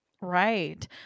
Right